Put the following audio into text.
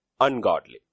ungodly